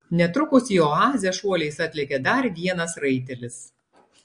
netrukus į oazę šuoliais atlėkė dar vienas raitelis